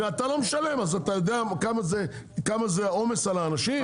אתה לא משלם, אז אתה יודע כמה זה עומס על האנשים?